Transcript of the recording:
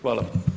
Hvala.